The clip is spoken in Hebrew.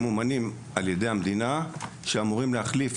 שממומנים על ידי המדינה ואמורים להחליף